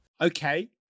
Okay